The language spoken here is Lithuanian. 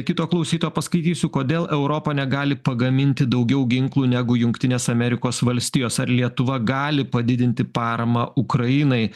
kito klausytojo paskaitysiu kodėl europa negali pagaminti daugiau ginklų negu jungtinės amerikos valstijos ar lietuva gali padidinti paramą ukrainai